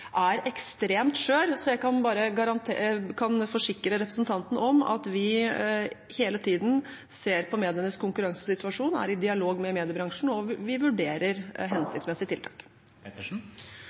er ekstremt skjør. Jeg kan forsikre representanten Pettersen om at vi hele tiden ser på medienes konkurransesituasjon og er i dialog med mediebransjen, og vi vurderer hensiktsmessige tiltak.